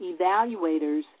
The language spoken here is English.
evaluators